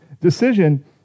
decision